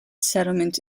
settlement